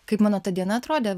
kaip mano ta diena atrodė